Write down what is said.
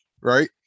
right